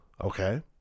okay